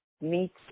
meets